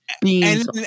beans